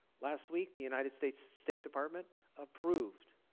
last week the united states state department approved